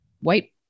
white